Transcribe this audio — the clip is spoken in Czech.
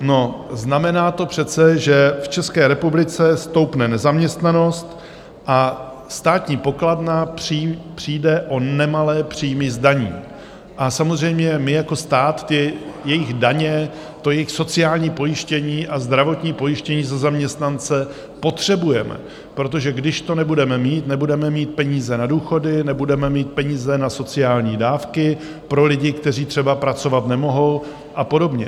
No, znamená to přece, že v České republice stoupne nezaměstnanost, státní pokladna přijde o nemalé příjmy z daní a samozřejmě my jako stát, ty jejich daně, jejich sociální pojištění a zdravotní pojištění za zaměstnance, potřebujeme, protože když to nebudeme mít, nebudeme mít peníze na důchody, nebudeme mít peníze na sociální dávky pro lidi, kteří třeba pracovat nemohou, a podobně.